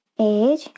Age